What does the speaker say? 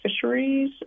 fisheries